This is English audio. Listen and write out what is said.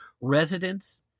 Residents